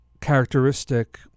characteristic